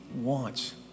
wants